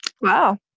wow